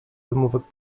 wymówek